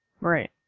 Right